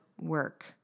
work